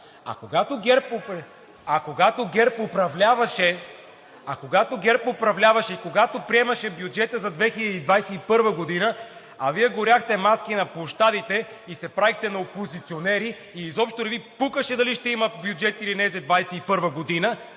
Когато ГЕРБ управляваше и когато приемаше бюджета за 2021 г., Вие горяхте маски на площадите и се правихте на опозиционери и изобщо не Ви пукаше дали ще има бюджет, или не за 2021 г.